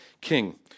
king